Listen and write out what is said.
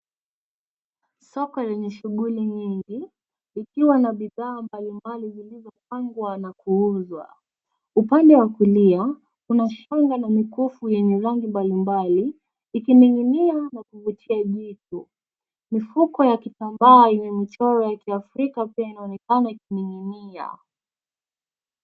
Soko lenye shughuli nyingi ikiwa na bidhaa mbali mbali zilizopangwa na kuuzwa. Upande wa kulia kuna shanga na mikufu yenye rangi mbali mbali ikining'inia au kuvutia jicho. Mifuko ya kitambaa yenye michoro ya Kiafrika pia inaonekana ikining'inia.